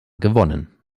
gewonnen